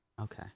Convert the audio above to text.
okay